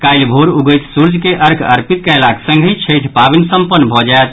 काल्हि भोर उगैत सूर्य के अर्ध्य अर्पित कयलाक संगहि छठि पावनि सम्पन्न भऽ जायत